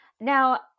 Now